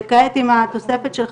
וכעת עם התוספת,